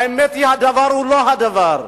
האמת היא שלא זה הדבר.